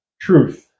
truth